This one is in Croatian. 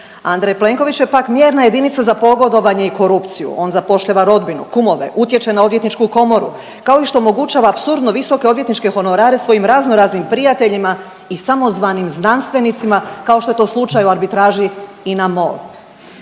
Andrej Plenković je pak mjerna jedinica za pogodovanje i korupciju, on zapošljava rodbinu, kumove, utječe na odvjetničku komoru, kao i što omogućava apsurdno visoke odvjetničke honorare svojim razno raznim prijateljima i samozvanim znanstvenicima, kao što je to slučaj u arbitraži INA-MOL.